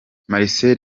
marcel